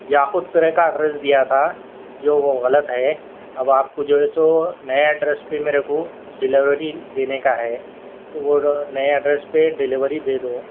یاقوت پورے کا ایڈریس دیا تھا جو وہ غلط ہے اب آپ کو جو ہے سو نیا ایڈریس پہ میرے کو ڈلیوری دینے کا ہے تو وہ نئے ایڈریس پہ ڈلیوری دے دو